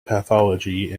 pathology